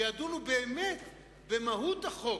וידונו באמת במהות החוק,